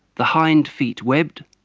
the hind feet webbed,